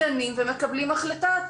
דנים ומקבלים החלטה.